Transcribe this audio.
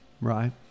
right